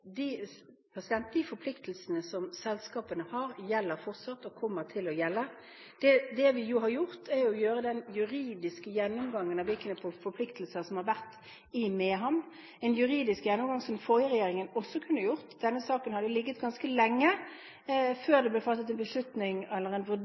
De forpliktelsene som selskapene har, gjelder fortsatt og kommer til å gjelde. Det vi har gjort, er å gjøre den juridiske gjennomgangen av hvilke forpliktelser som har vært i Mehamn, en juridisk gjennomgang som den forrige regjeringen også kunne ha gjort. Denne saken har jo ligget ganske lenge